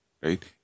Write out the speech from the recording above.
right